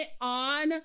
on